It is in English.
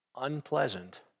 unpleasant